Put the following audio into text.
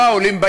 לא העולים,